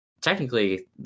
technically